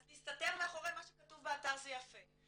אז להסתתר מאחורי מה שכתוב באתר זה יפה.